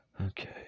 Okay